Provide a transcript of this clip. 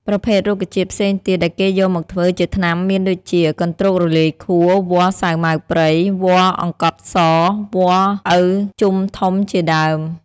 ប្រភេទ រុក្ខជាតិផ្សេងទៀតដែលគេយកមកធ្វើជាថ្នាំមានដូចជា កន្ទ្រោករលាយខួរ វល្លិសាវម៉ាវព្រៃ វល្លិអង្គត់ស វល្លិឪជំធំជាដើម។